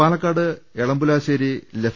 പാലക്കാട് എളമ്പുലാശ്ശേരി ലഫ്